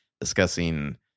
discussing